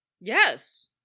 Yes